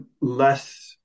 less